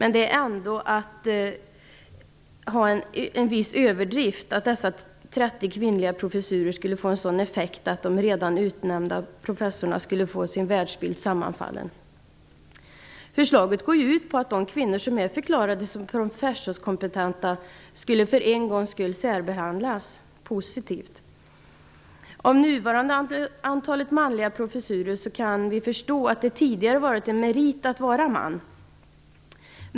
Men det är ändå att ta till en viss överdrift att påstå att dessa 30 kvinnliga professurer skulle få en sådan effekt att de redan utnämnda professorernas världsbild skulle falla samman. Förslaget går ju ut på att de kvinnor som är förklarade som professorskompetenta skulle särbehandlas positivt för en gångs skull.